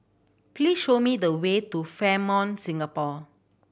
please show me the way to Fairmont Singapore